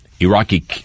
Iraqi